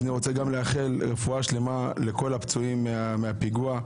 אני רוצה לאחל רפואה שלמה לכל הפצועים מהפיגוע,